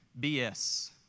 BS